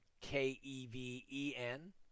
K-E-V-E-N